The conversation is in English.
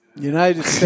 United